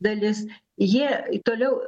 dalis jie toliau